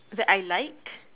that I like